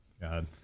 God